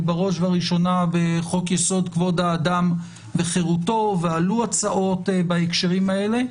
בראש וראשונה בחוק-יסוד: כבוד האדם וחירותו ועלו הצעות בהקשרים האלה.